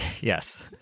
yes